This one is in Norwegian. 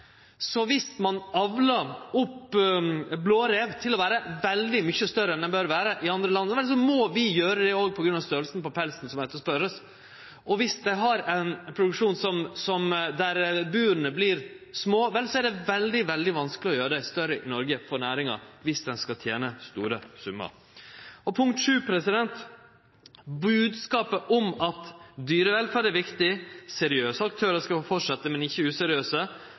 Så viss ein avlar opp blårev til å vere veldig mykje større enn han bør vere, i andre land – vel, da må vi òg gjere det på grunn av størrelsen på pelsen som vert etterspurd. Og viss ein har ein produksjon der bura vert små, vel, så er det veldig, veldig vanskeleg å gjere dei større for næringa i Noreg viss ein skal tene store summar. Punkt 7: Bodskapen om at dyrevelferd er viktig, at seriøse aktørar skal få fortsetje, men ikkje dei useriøse,